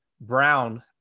Brown